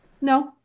No